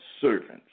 servants